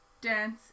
dance